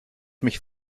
mich